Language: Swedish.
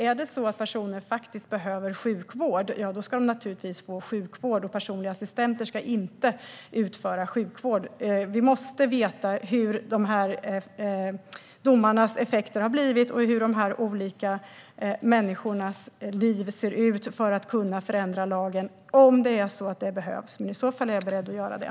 Om personer faktiskt behöver sjukvård ska de naturligtvis få det. Personliga assistenter ska inte utföra sjukvård. Vi måste veta vilka effekter domarna har fått och hur de olika människornas liv ser ut för att kunna förändra lagen om det behövs. I så fall är jag beredd att göra det.